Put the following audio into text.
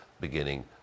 beginning